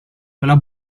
quella